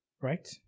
Right